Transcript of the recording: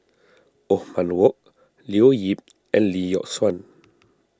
Othman Wok Leo Yip and Lee Yock Suan